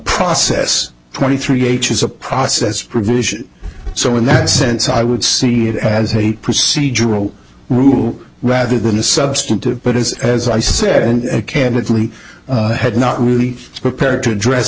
process twenty three h is a process provision so in that sense i would see it as a procedural rule rather than a substantive but as as i said and candidly had not really prepared to address